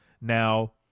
Now